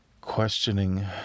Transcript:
questioning